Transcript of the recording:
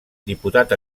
diputat